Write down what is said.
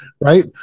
right